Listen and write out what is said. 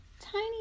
tiny